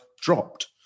dropped